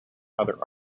other